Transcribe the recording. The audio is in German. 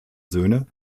söhne